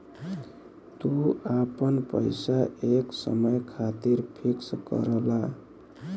तू आपन पइसा एक समय खातिर फिक्स करला